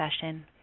session